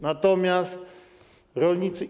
Natomiast rolnicy.